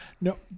no